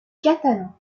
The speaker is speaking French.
catalan